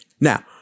Now